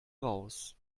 raus